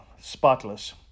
spotless